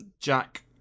Jack